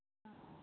ആ